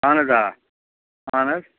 اَہَن حظ آ اَہَن حظ